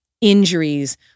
injuries